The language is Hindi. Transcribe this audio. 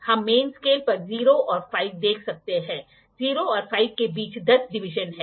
हम मेन स्केल पर 0 और 5 देख सकते हैं 0 और 5 के बीच 10 डिवीजन हैं